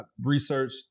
researched